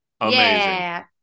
Amazing